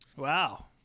Wow